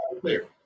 clear